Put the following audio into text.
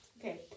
Okay